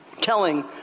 telling